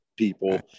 people